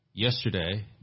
Yesterday